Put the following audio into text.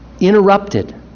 interrupted